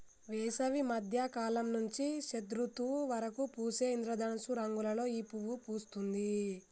వేసవి మద్య కాలం నుంచి శరదృతువు వరకు పూసే ఇంద్రధనస్సు రంగులలో ఈ పువ్వు పూస్తుంది